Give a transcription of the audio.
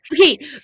okay